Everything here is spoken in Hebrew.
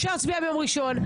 אפשר להצביע ביום ראשון.